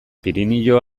pirinio